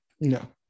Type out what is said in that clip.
No